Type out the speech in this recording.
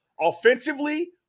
offensively